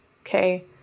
Okay